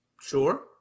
Sure